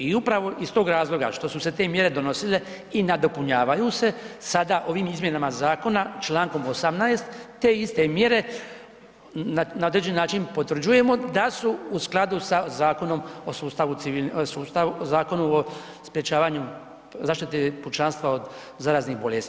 I upravo iz tog razloga što su se te mjere donosile i nadopunjavaju se, sada ovim izmjenama zakona čl. 18. te iste mjere na određeni način potvrđujemo da su u skladu sa Zakonom o sustavu civilne, sustavu, Zakonu o sprječavanju, zaštiti pučanstva od zaraznih bolesti.